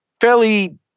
fairly